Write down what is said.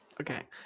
Okay